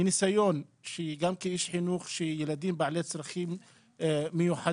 מניסיון גם כאיש חינוך של ילדים בעלי צרכים מיוחדים